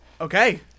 Okay